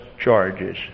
charges